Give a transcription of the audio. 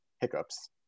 hiccups